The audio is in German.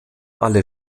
alle